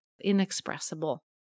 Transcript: inexpressible